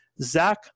Zach